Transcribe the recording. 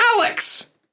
Alex